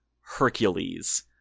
Hercules